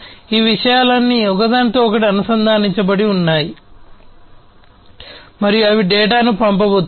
ఈ విషయాలన్నీ ఒకదానితో ఒకటి అనుసంధానించబడి ఉన్నాయి మరియు అవి డేటాను పంపబోతున్నాయి